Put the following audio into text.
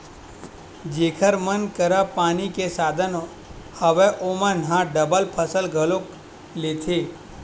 जेखर मन करा पानी के साधन हवय ओमन ह डबल फसल घलोक लेथे